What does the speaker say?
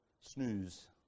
snooze